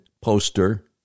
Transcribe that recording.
poster